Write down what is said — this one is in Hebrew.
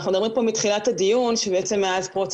אנחנו מדברים פה מתחילת הדיון שבעצם מאז פרוץ